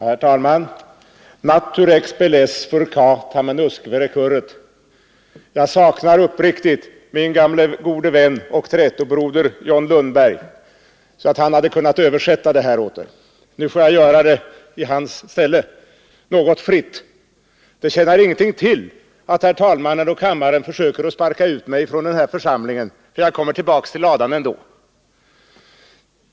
Herr talman! Naturam expellas furca, tamen usque recurret. Jag saknar uppriktigt min gamle gode vän och trätobroder John Lundberg; han hade kunnat översätta det här åt mig. Nu får jag gör det i hans ställe något fritt: Det tjänar ingenting till att herr talmannen och kammaren försöker sparka ut mig från denna församling, jag kommer tillbaka till ladan ändå.